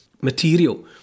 material